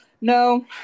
no